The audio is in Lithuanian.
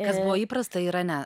kas buvo įprasta irane